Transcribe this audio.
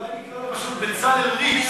אולי נעברת את השם הזה כבר?